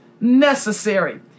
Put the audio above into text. necessary